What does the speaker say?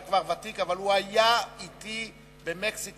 (איסור פיצול מרשמים),